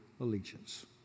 allegiance